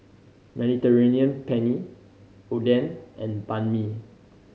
Mediterranean Penne Oden and Banh Mi